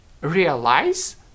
realize